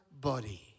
body